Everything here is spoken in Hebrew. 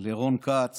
לרון כץ